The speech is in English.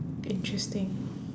interesting